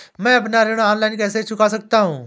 मैं अपना ऋण ऑनलाइन कैसे चुका सकता हूँ?